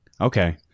okay